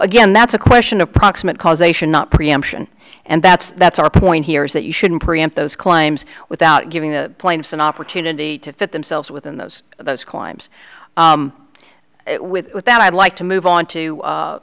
again that's a question approximate causation not preemption and that's that's our point here is that you shouldn't preempt those claims without giving the plaintiffs an opportunity to fit themselves within those those climbs with that i'd like to move on to